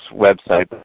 website